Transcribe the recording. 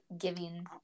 giving